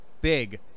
big